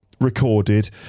recorded